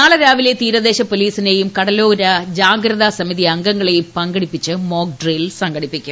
നാളെ രാവിലെ തീരദേശ പോലീസിനെയും കട്ലോര ജാഗ്രതാ സമിതി അംഗങ്ങളെയും പങ്കെടുപ്പിച്ച് മോക് ഡ്രിൽ സംഘടിപ്പിക്കും